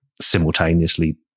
simultaneously